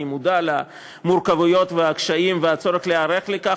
אני מודע למורכבויות והקשיים והצורך להיערך לכך,